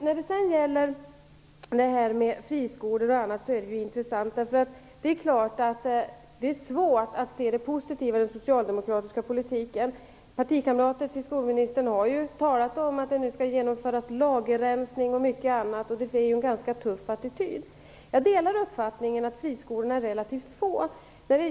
När vi sedan talar om friskolor och annat är det svårt att se det positiva i den socialdemokratiska politiken. Partikamrater till skolministern har ju talat om att det nu skall ske "lagerrensning" och mycket annat, och det verkar ju vara en ganska tuff attityd. Jag delar uppfattningen att friskolorna är relativt få.